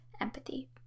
empathy